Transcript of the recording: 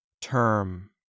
Term